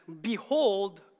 Behold